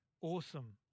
Awesome